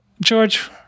George